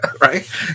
right